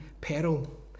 peril